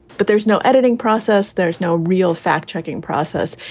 but there's no editing process. there's no real fact checking process.